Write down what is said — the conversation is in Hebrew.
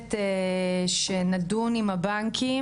מבקשת שנדון עם הבנקים,